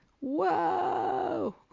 whoa